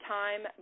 time